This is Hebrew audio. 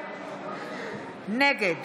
נגד